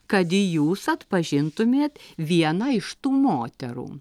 kad jūs atpažintumėt vieną iš tų moterų